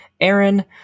Aaron